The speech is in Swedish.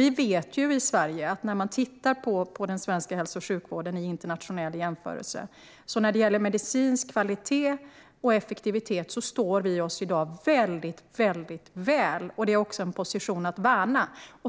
I internationell jämförelse ligger den svenska hälso och sjukvården väldigt högt vad gäller medicinsk kvalitet och effektivitet, och det är en position att värna.